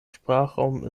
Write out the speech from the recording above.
sprachraum